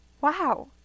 Wow